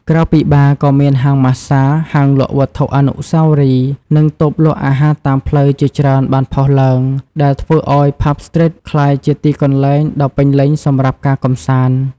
ក្រៅពីបារ ក៏មានហាងម៉ាស្សា ហាងលក់វត្ថុអនុស្សាវរីយ៍ និងតូបលក់អាហារតាមផ្លូវជាច្រើនបានផុសឡើង ដែលធ្វើឲ្យ ផាប់ ស្ទ្រីត ក្លាយជាទីកន្លែងដ៏ពេញលេញសម្រាប់ការកម្សាន្ត។